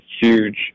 huge